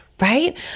right